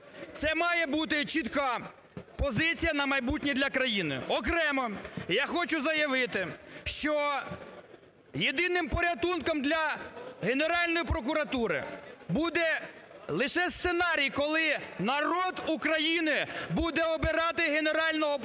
Це має бути чітка позиція на майбутнє для країни. Окремо я хочу заявити, що єдиним порятунком для Генеральної прокуратури буде лише сценарій, коли народ України буде обирати Генерального прокурора.